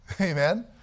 Amen